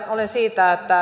olen siitä että